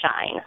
shine